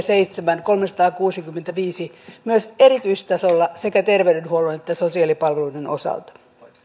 seitsemän kolmesataakuusikymmentäviisi myös erityistasolla sekä terveydenhuollon että sosiaalipalveluiden osalta